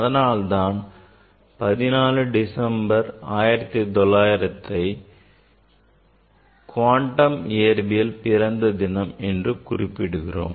அதனால்தான் 14 டிசம்பர் 1900ஐ குவாண்டம் இயற்பியல் பிறந்த தினம் என்று குறிப்பிடுகிறோம்